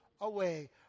away